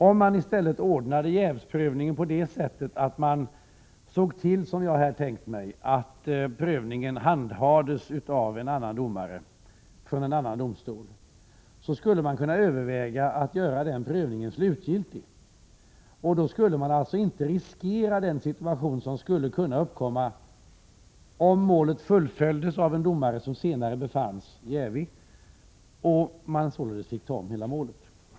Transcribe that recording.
Om man i stället ordnade jävsprövningen på det sättet att man såg till, som jag har tänkt mig, att prövningen handhades av en annan domare från en annan domstol, skulle man kunna överväga att göra prövningen slutgiltig. Då skulle man alltså inte riskera den situation som skulle kunna uppkomma, om målet fullföljdes av en domare som senare befanns jävig och man således fick ta om hela målet.